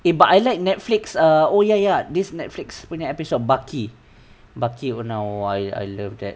eh but I like netflix err oh ya ya this netflix punya episode baki baki oh I wanna I love that